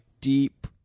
deep